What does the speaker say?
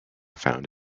found